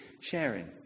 sharing